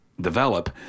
Develop